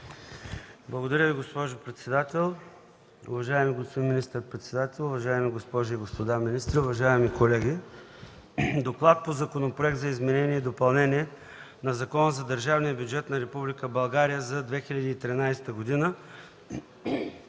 господин министър-председател, уважаеми госпожи и господа министри, уважаеми колеги! „ДОКЛАД по Законопроект за изменение и допълнение на Закона за държавния бюджет на Република България за 2013 г.,